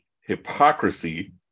hypocrisy